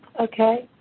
okay,